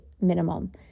minimum